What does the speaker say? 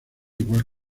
igual